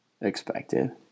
expected